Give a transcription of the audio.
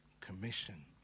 commission